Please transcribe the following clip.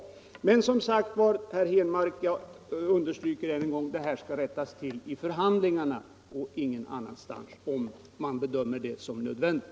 Jag understryker än en gång, herr Henmark, att den här frågan bör diskuteras och åtgärdas i samband med avtalsförhandlingarna, om det bedöms som nödvändigt.